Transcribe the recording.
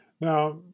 Now